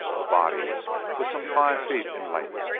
the body was some five feet in length,